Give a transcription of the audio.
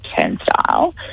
Turnstile